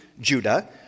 Judah